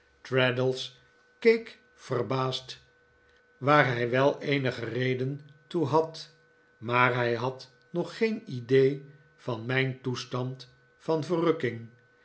traddles keek verbaasd waar hij wel eenige reden toe had maar hij had nog geen idee van mijn toestand van verrukking